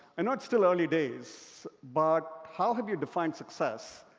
i know it's still early days, but how have you defined success,